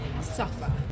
suffer